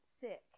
sick